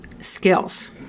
skills